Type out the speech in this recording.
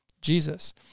Jesus